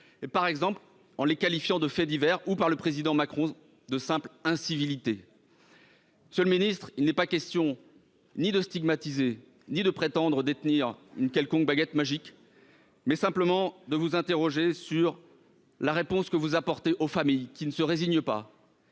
par exemple, de faits divers ou, selon le président Macron, de simples « incivilités ». Monsieur le garde des sceaux, il n'est question ni de stigmatiser ni de prétendre détenir une quelconque baguette magique. Il s'agit simplement de vous interroger sur la réponse que vous apportez aux familles qui ne se résignent pas,